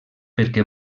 perquè